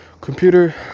computer